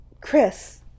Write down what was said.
Chris